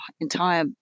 entire